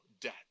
debt